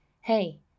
hey